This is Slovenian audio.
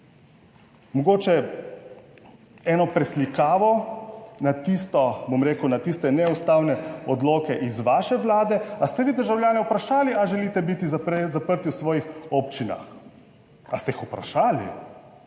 tisto, bom rekel, na tiste neustavne odloke iz vaše Vlade; ali ste vi državljane vprašali ali želite biti zaprti v svojih občinah? Ali ste jih vprašali?